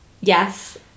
yes